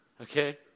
Okay